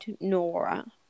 Nora